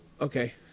okay